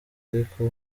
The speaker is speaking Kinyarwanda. ariko